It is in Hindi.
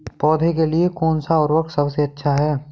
पौधों के लिए कौन सा उर्वरक सबसे अच्छा है?